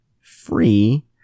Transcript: free